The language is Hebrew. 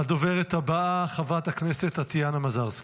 הדוברת הבאה, חברת הכנסת טטיאנה מזרסקי.